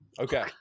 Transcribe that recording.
Okay